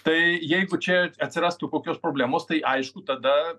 tai jeigu čia atsirastų kokios problemos tai aišku tada